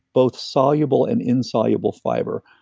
both soluble and insoluble fiber.